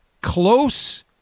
close –